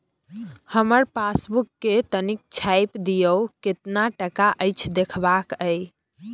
हमर पासबुक के तनिक छाय्प दियो, केतना टका अछि देखबाक ये?